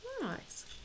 Nice